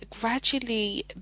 gradually